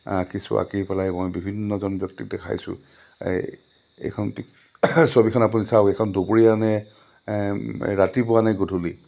আঁকিছোঁ আঁকি পেলাই মই বিভিন্নজন ব্যক্তিক দেখাইছোঁ এইখন ছবিখন আপুনি চাওঁক এইখন দুপৰীয়া নে ৰাতিপুৱা নে গধূলি